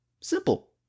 Simple